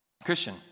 Christian